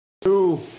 two